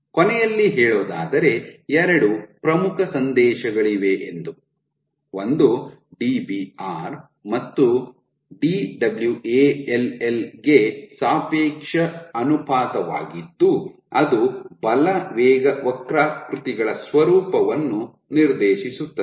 ಕೊನೆಯಲ್ಲಿ ಹೇಳೋದಾದರೆ ಎರಡು ಪ್ರಮುಖ ಸಂದೇಶಗಳಿವೆ ಎಂದು ಒಂದು Dbr ಮತ್ತು Dwall ಗೆ ಸಾಪೇಕ್ಷ ಅನುಪಾತವಾಗಿದ್ದು ಅದು ಬಲ ವೇಗ ವಕ್ರಾಕೃತಿಗಳ ಸ್ವರೂಪವನ್ನು ನಿರ್ದೇಶಿಸುತ್ತದೆ